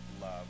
love